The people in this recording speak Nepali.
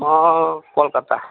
म कोलकत्ता